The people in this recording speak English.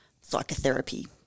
psychotherapy